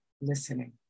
listening